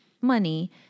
money